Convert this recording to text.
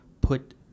put